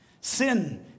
Sin